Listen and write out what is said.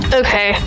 okay